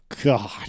God